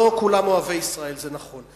לא כולם אוהבי ישראל, זה נכון.